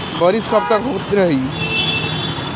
बरिस कबतक होते रही?